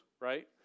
right